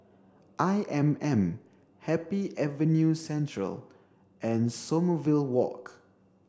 I M M Happy Avenue Central and Sommerville Walk